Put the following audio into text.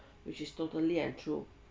which is totally untrue